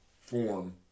form